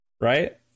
Right